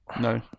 No